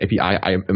API